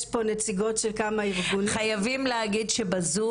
יש פה נציגות של כמה ארגונים --- חייבים להגיד שבזום